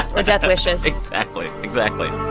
or death wishes exactly, exactly